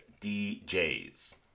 DJs